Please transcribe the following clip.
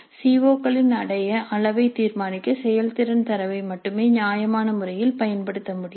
சிஓக்களின் அடைய அளவை தீர்மானிக்க செயல்திறன் தரவை மட்டுமே நியாயமான முறையில் பயன்படுத்த முடியும்